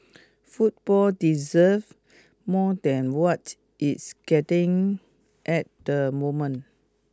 football deserve more than what it's getting at the moment